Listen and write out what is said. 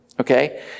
Okay